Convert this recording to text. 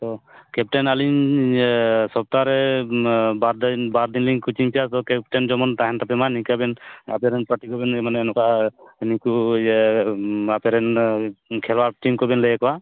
captain ᱟᱹᱞᱤᱧ ᱥᱚᱯᱛᱟ ᱦᱚᱨᱮ ᱵᱟᱨ ᱫᱤᱱ ᱵᱟᱨ ᱫᱤᱱ ᱞᱤᱧ ᱠᱳᱪᱤᱝ ᱯᱮᱭᱟ ᱛᱚ ᱠᱮᱯᱴᱮᱱ ᱡᱮᱢᱚᱱ ᱛᱟᱦᱮᱱ ᱛᱟᱯᱮ ᱢᱟ ᱱᱤᱝᱠᱟᱹ ᱵᱮᱱ ᱟᱯᱮᱨᱮᱱ ᱯᱟᱹᱴᱤ ᱠᱚᱵᱮᱱ ᱢᱟᱱᱮ ᱱᱚᱠᱟ ᱱᱤᱠᱩ ᱤᱭᱟᱹ ᱟᱯᱮᱨᱮᱱ ᱠᱷᱮᱞᱣᱟ ᱴᱤᱢ ᱠᱚᱵᱮᱱ ᱞᱟᱹᱭ ᱟᱠᱚᱣᱟ